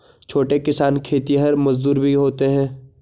छोटे किसान खेतिहर मजदूर भी होते हैं